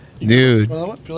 Dude